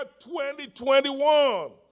2021